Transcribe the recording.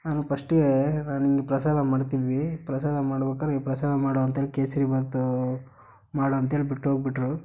ನಾನು ಪಸ್ಟಿಗೆ ಒಂದು ಪ್ರಸಾದ ಮಾಡ್ತಿದ್ವಿ ಪ್ರಸಾದ ಮಾಡ್ಬೇಕಾರೆ ಏಯ್ ಪ್ರಸಾದ ಮಾಡು ಅಂತ ಹೇಳಿ ಕೇಸರಿ ಭಾತು ಮಾಡು ಅಂತ ಹೇಳಿ ಬಿಟ್ಟೋಗಿಬಿಟ್ರು